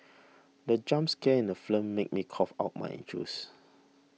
the jump scare in the film made me cough out my juice